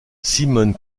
simone